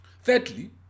Thirdly